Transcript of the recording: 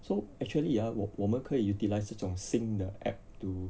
so actually ah 我我们可以 utilized 这种新的 app to